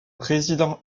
président